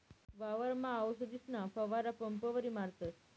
वावरमा आवसदीसना फवारा पंपवरी मारतस